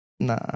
Nah